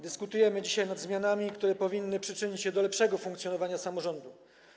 Dyskutujemy dzisiaj nad zmianami, które powinny przyczynić się do lepszego funkcjonowania samorządów.